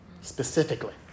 Specifically